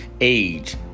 age